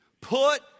put